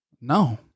no